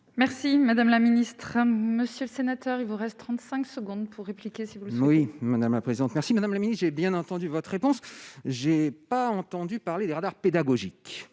Merci madame la ministre, monsieur le sénateur, il vous reste 35 secondes pour répliquer. Oui, madame la présidente, merci madame la j'ai bien entendu votre réponse, j'ai pas entendu parler des radars pédagogiques